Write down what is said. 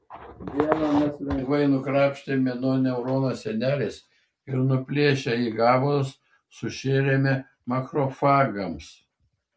vieną mes lengvai nukrapštėme nuo neurono sienelės ir suplėšę į gabalus sušėrėme makrofagams